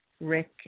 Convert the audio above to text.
Rick